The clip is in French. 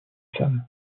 sam